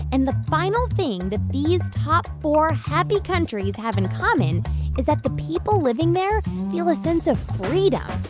and the final thing that these top four happy countries have in common is that the people living there feel a sense of freedom.